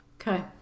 Okay